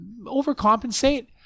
overcompensate